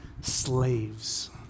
slaves